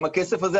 גם הכסף הזה,